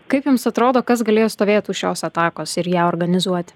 kaip jums atrodo kas galėjo stovėt už šios atakos ir ją organizuoti